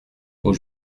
aux